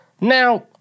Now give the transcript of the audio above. Now